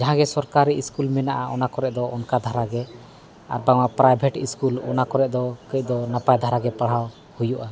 ᱡᱟᱦᱟᱸ ᱜᱮ ᱥᱚᱨᱠᱟᱨᱤ ᱥᱠᱩᱞ ᱢᱮᱱᱟᱜᱼᱟ ᱚᱱᱟ ᱠᱚᱨᱮᱫ ᱫᱚ ᱚᱱᱠᱟ ᱫᱷᱟᱨᱟᱜᱮ ᱟᱨ ᱵᱟᱝᱟ ᱯᱨᱟᱭᱵᱷᱮᱴ ᱥᱠᱩᱞ ᱚᱱᱟ ᱠᱚᱨᱮᱜ ᱫᱚ ᱠᱟᱹᱡ ᱫᱚ ᱱᱟᱯᱟᱭ ᱫᱷᱟᱨᱟᱜᱮ ᱯᱟᱲᱦᱟᱣ ᱦᱩᱭᱩᱜᱼᱟ